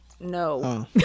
No